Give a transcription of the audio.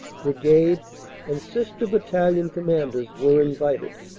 brigade and sister battalion com manders were invited.